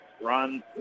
run